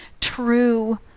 true